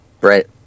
Right